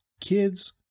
kids